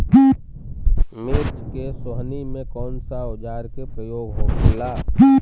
मिर्च के सोहनी में कौन सा औजार के प्रयोग होखेला?